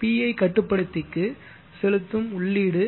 PI கட்டுப்படுத்திக்கு செலுத்தும் உள்ளீடு